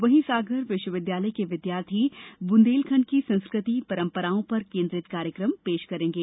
वहीं सागर विश्वविद्यालय के विद्यार्थी बुंदेलखण्ड की संस्कृति परंपराओं पर केन्द्रित कार्यक्रम पेश करेंगे